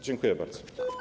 Dziękuję bardzo.